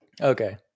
okay